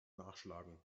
nachschlagen